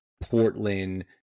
Portland